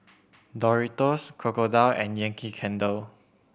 Doritos Crocodile and Yankee Candle